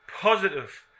positive